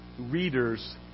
readers